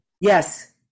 Yes